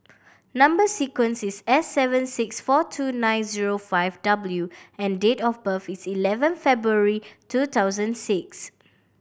number sequence is S seven six four two nine zero five W and date of birth is eleven February two thousand six